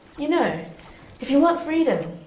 you know if you want freedom.